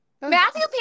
Matthew